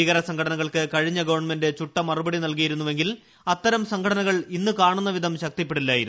ഭീകര സംഘടനകൾക്ക് കഴിഞ്ഞ ഗവൺമെന്റ് ചുട്ട മറുപടി നൽകിയിരുന്നെങ്കിൽ അത്തരം സംഘടനകൾ ഇന്ന് കാണുന്നവിധം ശക്തിപ്പെടില്ലായിരുന്നു